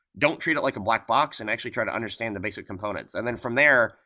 don't treat it like a black box, and actually try to understand the basic components, and then from there,